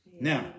Now